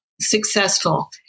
successful